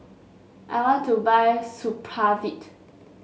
I want to buy Supravit